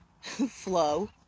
flow